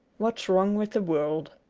what's wrong with the world